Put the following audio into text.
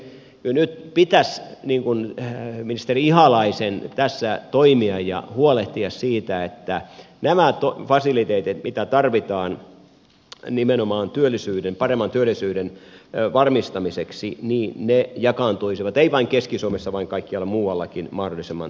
jo nyt pitäisi ministeri ihalaisen tässä toimia ja huolehtia siitä että nämä fasiliteetit mitä tarvitaan nimenomaan paremman työllisyyden varmistamiseksi jakaantuisivat ei vain keski suomessa vaan kaikkialla muuallakin mahdollisimman tasapuolisesti